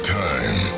time